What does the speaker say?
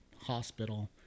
hospital